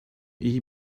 iyi